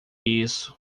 isso